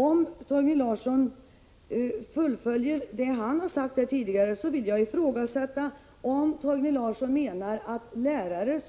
Om Torgny Larsson fullföljer det han har sagt tidigare, vill jag ifrågasätta om han menar att lärare